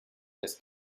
lässt